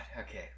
Okay